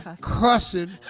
cussing